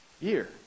year